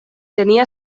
tenia